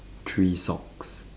three socks